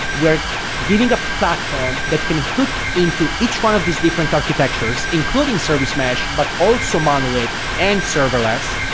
we're giving a platform that can hook into each one of these different architectures, including service mesh, but also monolith and serverless.